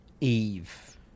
Eve